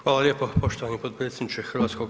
Hvala lijepo poštovani potpredsjedniče HS.